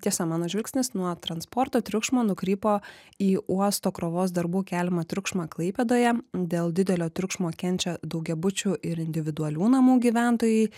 tiesa mano žvilgsnis nuo transporto triukšmo nukrypo į uosto krovos darbų keliamą triukšmą klaipėdoje dėl didelio triukšmo kenčia daugiabučių ir individualių namų gyventojai